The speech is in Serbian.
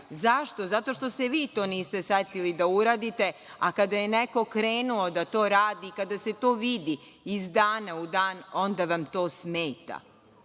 Zašto? Zato što se vi toga niste setili da uradite, a kada je neko krenuo da to radi, kada se to vidi iz dana u dan, onda vam to smeta. Juče